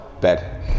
bed